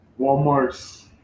Walmart's